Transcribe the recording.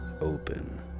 open